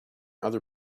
other